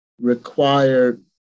required